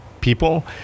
people